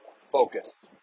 focus